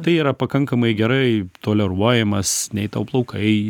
tai yra pakankamai gerai toleruojamas nei tau plaukai